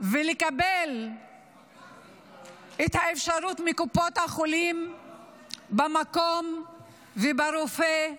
ולקבל את האפשרות מקופות החולים במקום ואת הרופא,